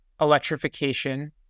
electrification